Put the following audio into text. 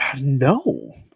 No